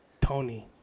Tony